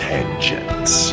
Tangents